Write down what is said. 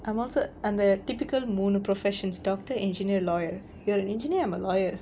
I'm also அந்த:antha typical மூணு:moonu professions doctor engineer lawyer you're an engineer I'm a lawyer